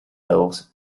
hills